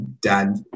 Dad